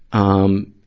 um,